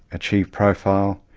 achieve profile,